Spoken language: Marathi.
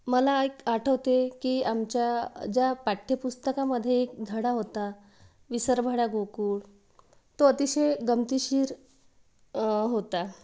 मला एक आठवते की आमच्या ज्या पाठ्यपुस्तकामध्ये एक धडा होता विसरभोळा गोकूळ तो अतिशय गमतीशीर होता